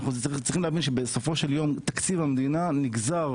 אנחנו צריכים להבין שבסופו של יום תקציב המדינה נגזר